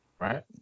Right